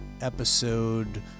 episode